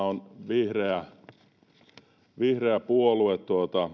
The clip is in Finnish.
on vihreä vihreä puolue